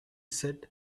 said